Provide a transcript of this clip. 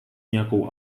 nějakou